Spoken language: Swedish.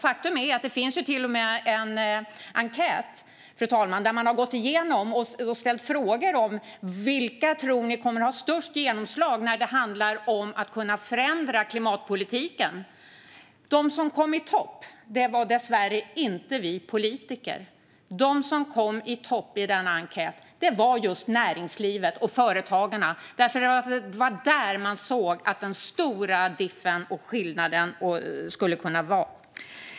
Faktum är att det till och med finns en enkät, fru talman, där det har gåtts igenom och ställts frågor om vilka man tror kommer att ha störst genomslag när det handlar om att kunna förändra klimatpolitiken. De som kom i topp var dessvärre inte vi politiker, utan de som kom i topp i enkäten var just näringslivet och företagarna. Det var nämligen där man såg att den stora skillnaden skulle kunna göras.